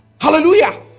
Hallelujah